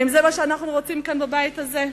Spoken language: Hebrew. האם זה מה שאנחנו רוצים כאן בבית הזה?